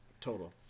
total